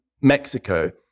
Mexico